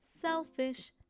selfish